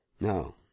No